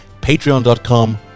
Patreon.com